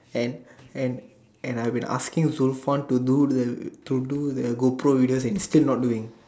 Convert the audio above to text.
and and and I've been asking Zulfan to do the to do the gopro videos and he's still not doing